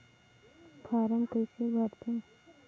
Form कइसे भरते?